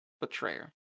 betrayer